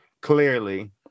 clearly